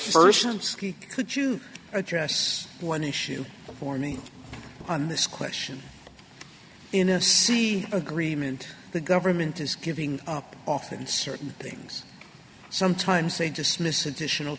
first could you address one issue for me on this question in a sea agreement the government is giving up often certain things sometimes they dismiss additional